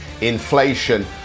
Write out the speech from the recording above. inflation